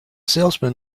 salesman